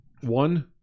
one